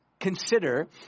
consider